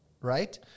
Right